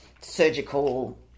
surgical